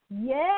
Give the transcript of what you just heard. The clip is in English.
Yes